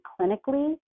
clinically